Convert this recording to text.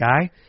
guy